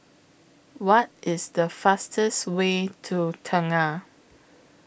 What IS The fastest Way to Tengah